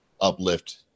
Uplift